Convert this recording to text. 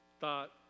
thought